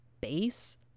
base